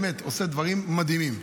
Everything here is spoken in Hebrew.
הוא באמת עושה דברים מדהימים.